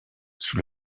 sous